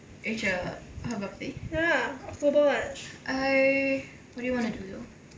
ya october [what]